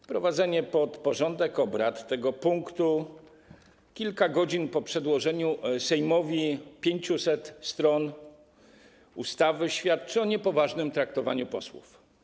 Wprowadzenie do porządku obrad tego punktu kilka godzin po przedłożeniu Sejmowi 500 stron ustawy świadczy o niepoważnym traktowaniu posłów.